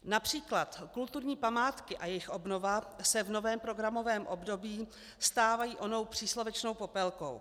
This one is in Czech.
Například kulturní památky a jejich obnova se v novém programovém období stávají onou příslovečnou popelkou.